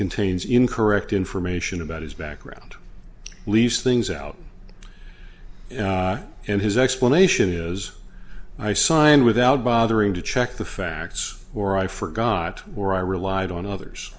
contains incorrect information about his background leaves things out and his explanation is i signed without bothering to check the facts or i forgot or i relied on others